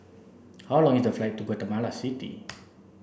how long is the flight to Guatemala City